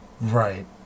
Right